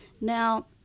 Now